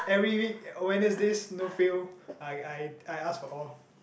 every week Wednesdays no fail I I I ask for off